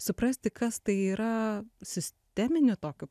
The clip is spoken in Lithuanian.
suprasti kas tai yra sisteminiu tokiu